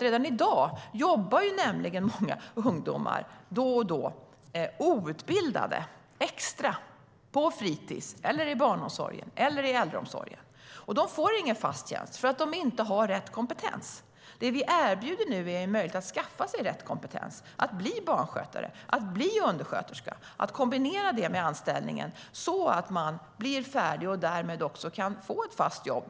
Redan i dag jobbar många outbildade ungdomar extra då och då på fritis, i barnomsorgen eller i äldreomsorgen. De får ingen fast tjänst därför att de inte har rätt kompetens. Det vi nu erbjuder är en möjlighet att skaffa sig rätt kompetens, att bli barnskötare eller undersköterska och att kombinera detta med anställning så att man blir färdig och därmed kan få ett fast jobb.